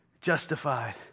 justified